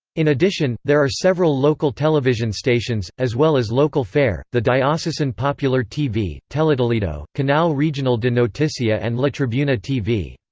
in addition, there are several local television stations, as well as local fare the diocesan popular tv, teletoledo, canal regional de noticia and la tribuna tv.